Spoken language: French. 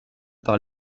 par